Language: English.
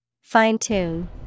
Fine-tune